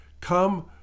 come